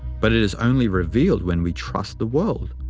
but it is only revealed when we trust the world.